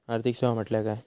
आर्थिक सेवा म्हटल्या काय?